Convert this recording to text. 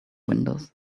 windows